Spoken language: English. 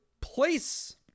place